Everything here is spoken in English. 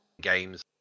games